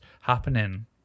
happening